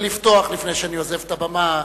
לפני שאני עוזב את הבמה,